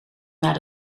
naar